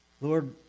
Lord